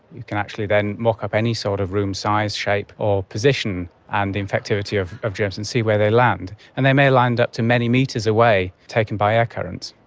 you can actually then mock up any sort of room size, shape or position, and the infectivity of of germs and see where they land, and they may land up too many metres away, taken by air currents.